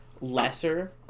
lesser